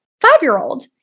five-year-old